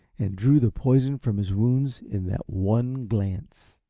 and drew the poison from his wounds in that one glance.